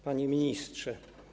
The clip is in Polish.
Panie Ministrze!